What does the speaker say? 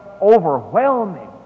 overwhelming